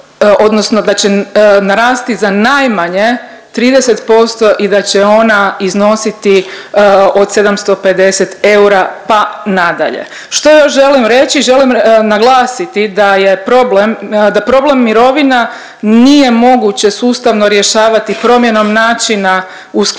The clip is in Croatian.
odnosno da će narasti za najmanje 30% i da će ona iznositi od 750 eura pa nadalje. Što još želim reći? Želim naglasiti da je problem da problem mirovina nije moguće sustavno rješavati promjenom načina usklađivanja